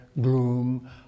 gloom